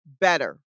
better